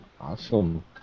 Awesome